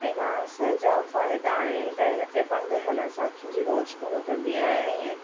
ऐं घांस जा फ़ाइदा आहिनि त हिन ते पंध हलण सां अखियुनि जी रोशनी वधंदी आहे ऐं